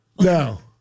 Now